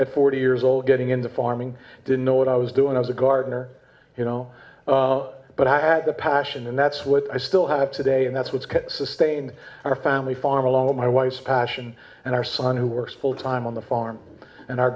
at forty years old getting into farming didn't know what i was doing i was a gardener you know but i had the passion and that's what i still have today and that's what's can sustain our family farm along with my wife's passion and our son who works full time on the farm and our